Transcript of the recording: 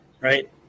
right